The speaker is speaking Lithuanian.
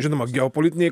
žinoma geopolitiniai